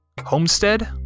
Homestead